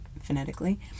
phonetically